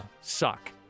Suck